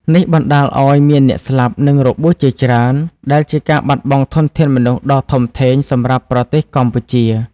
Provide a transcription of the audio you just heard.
នេះបណ្ដាលឱ្យមានអ្នកស្លាប់ និងរបួសជាច្រើន ដែលជាការបាត់បង់ធនធានមនុស្សដ៏ធំធេងសម្រាប់ប្រទេសកម្ពុជា។